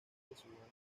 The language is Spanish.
fundamental